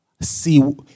see